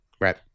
Right